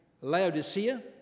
Laodicea